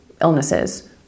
illnesses